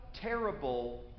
terrible